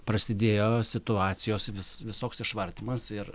prasidėjo situacijos vis visoks išvartymas ir